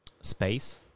space